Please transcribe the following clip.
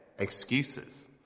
Excuses